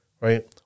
right